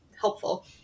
helpful